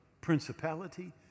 principality